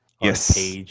Yes